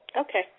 Okay